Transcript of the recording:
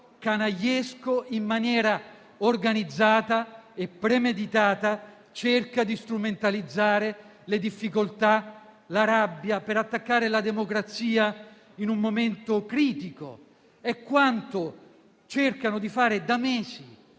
canagliesco, in maniera organizzata e premeditata, cerca di strumentalizzare le difficoltà e la rabbia per attaccare la democrazia in un momento critico. È quanto cercano di fare da mesi,